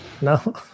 No